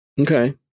Okay